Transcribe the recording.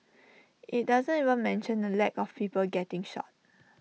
IT doesn't even mention the lack of people getting shot